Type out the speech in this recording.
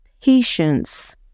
patience